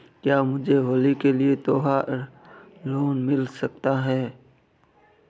क्या मुझे होली के लिए त्यौहार लोंन मिल सकता है?